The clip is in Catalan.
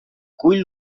cull